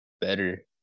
better